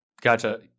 Gotcha